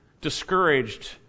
discouraged